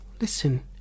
Listen